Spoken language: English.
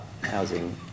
housing